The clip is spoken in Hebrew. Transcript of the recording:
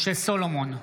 משה סולומון,